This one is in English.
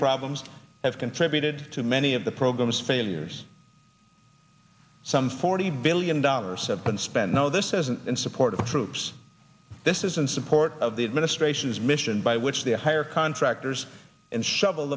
problems have contributed to many of the program's failures some forty billion dollars have been spent no this isn't in support of the troops this is in support of the administration's mission by which they hire contractors and shovel